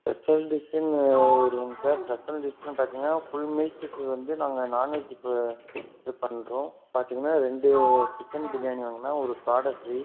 restaurant டிஷ்ஷுன்னு இல்லங்க sir restaurant டிஷ்ஷுன்னு பார்த்திங்கனா ஃபுல்மீல்ஸுக்கு வந்து நாங்கள் நான்வெஜ்ஜிக்கு இது பண்ணுறோம் பார்த்திங்கனா ரெண்டு சிக்கன் பிரியாணி வாங்கினா ஒரு காடை ஃப்ரீ